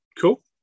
cool